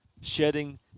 shedding